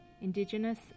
Indigenous